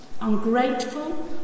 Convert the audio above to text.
ungrateful